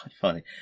funny